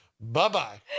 bye-bye